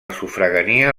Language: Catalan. sufragània